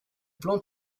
plan